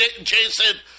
Jason